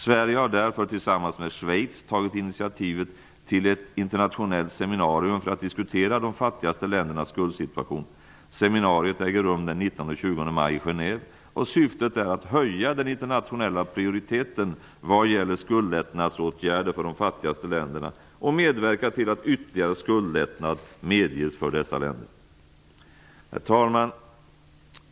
Sverige har därför tillsammans med Schweiz tagit initiativet till ett internationellt seminarium för att diskutera de fattigaste ländernas skuldsituation. Seminariet äger rum den 19--20 maj i Genève. Syftet är att höja den internationella prioriteten vad gäller skuldlättnadsåtgärder för de fattigaste länderna och medverka till att skuldlättnad medges för dessa länder. Herr talman!